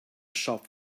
shop